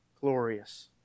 glorious